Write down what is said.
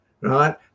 right